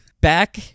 Back